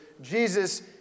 Jesus